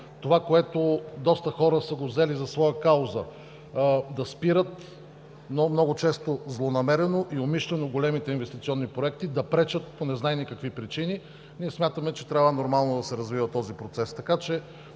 това, което доста хора са го взели за своя кауза – да спират, но много често злонамерено и умишлено големите инвестиционни проекти, да пречат по незнайни какви причини. Ние смятаме, че трябва нормално да се развива този процес. Това е